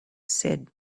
said